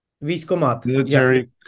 military